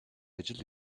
ажил